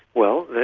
well,